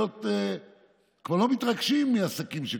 כבר לא מתרגשים מעסקים שקורסים.